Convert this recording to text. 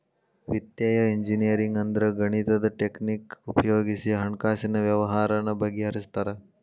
ವಿತ್ತೇಯ ಇಂಜಿನಿಯರಿಂಗ್ ಅಂದ್ರ ಗಣಿತದ್ ಟಕ್ನಿಕ್ ಉಪಯೊಗಿಸಿ ಹಣ್ಕಾಸಿನ್ ವ್ಯವ್ಹಾರಾನ ಬಗಿಹರ್ಸ್ತಾರ